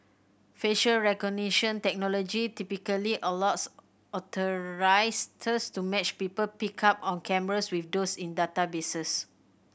facial recognition technology typically allows to match people picked up on cameras with those in databases